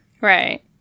Right